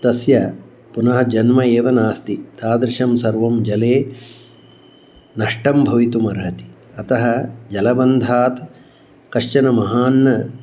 तस्य पुनः जन्म एव नास्ति तादृशं सर्वं जले नष्टं भवितुमर्हति अतः जलबन्धात् कश्चन महान्